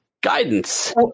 guidance